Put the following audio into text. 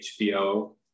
HBO